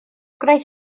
gwnaeth